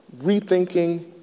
rethinking